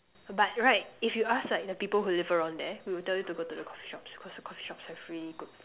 but right if you ask like the people who live around there we would tell you to go to the coffee shops because the coffee shops have really good food